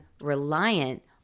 reliant